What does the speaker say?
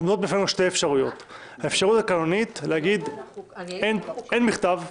עומדת בפנינו שתי אפשרויות: האפשרות התקנונית היא להגיד אין מכתב,